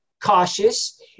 cautious